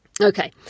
Okay